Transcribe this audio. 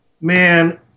Man